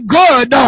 good